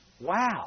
Wow